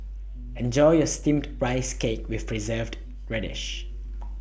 Enjoy your Steamed Rice Cake with Preserved Radish